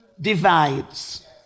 divides